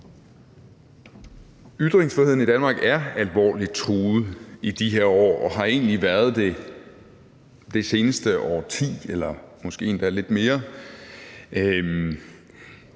Ytringsfriheden i Danmark er alvorligt truet i de her år og har egentlig været det det seneste årti eller måske endda lidt længere.